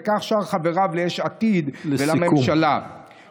וכך שאר חבריו ליש עתיד ולממשלה." לסיכום.